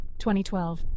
2012